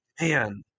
man